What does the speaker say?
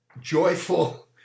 joyful